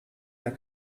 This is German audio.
der